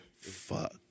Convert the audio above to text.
Fuck